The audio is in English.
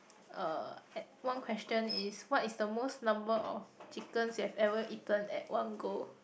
uh at one question is what is the most number of chickens you have ever eaten at one go